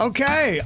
Okay